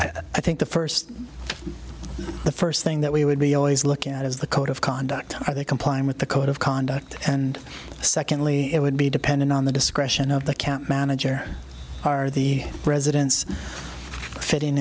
i think the first the first thing that we would be always looking at is the code of conduct that complying with the code of conduct and secondly it would be dependent on the discretion of the camp manager are the presidents fit in